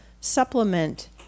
supplement